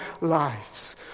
lives